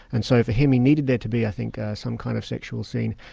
and so for him, he needed there to be i think some kind of sexual scene.